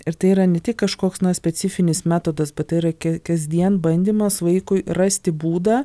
ir tai yra ne tik kažkoks na specifinis metodas bet tai yra ka kasdien bandymas vaikui rasti būdą